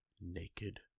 naked